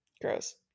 gross